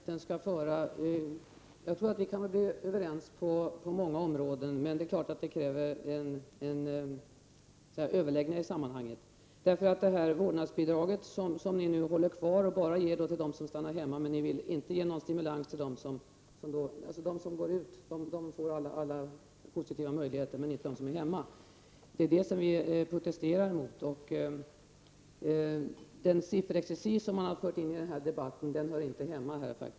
Herr talman! Jag tycker inte att det här är en debatt som vi skall föra. Jag tror att vi kan bli överens på många områden, men det är klart att det kräver överläggningar. Vårdnadsbidraget, som ni håller kvar, innebär att de som går ut i arbete får alla positiva möjligheter men inte de som är hemma. Det är detta vi protesterar mot. Den sifferexercis som man har fört in i debatten hör inte hemma här.